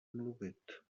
mluvit